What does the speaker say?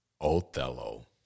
Othello